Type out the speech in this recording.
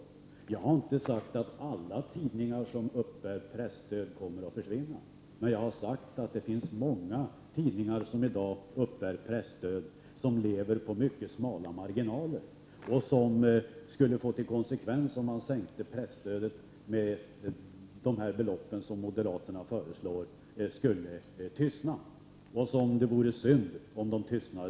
Men jag har inte sagt att alla tidningar som uppbär presstöd kommer att försvinna. Däremot har jag sagt att många av de tidningar som i dag uppbär presstöd lever med mycket små marginaler. Om presstödet reducerades i den storleksordning som moderaterna föreslår, skulle aktuella tidningar så att säga tystna.